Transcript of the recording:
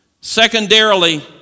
Secondarily